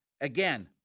again